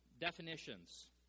definitions